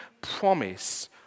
promise